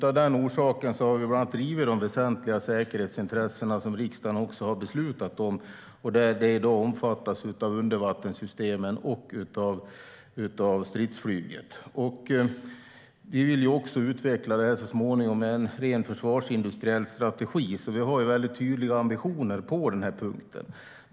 Av den orsaken har vi bland annat drivit frågan om de väsentliga säkerhetsintressena, som riksdagen också har beslutat om. Det omfattas av undervattenssystemen och av stridsflyget. Vi vill så småningom utveckla det med en ren försvarsindustriell strategi. Vi har tydliga ambitioner på den punkten.